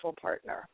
partner